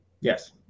Yes